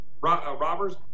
robbers